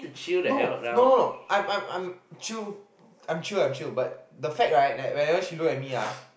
no no no no I'm I'm I'm chill I'm chill I'm chill but the fact right that whenever she look at me ah